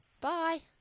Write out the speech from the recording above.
Bye